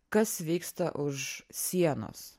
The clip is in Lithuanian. kas vyksta už sienos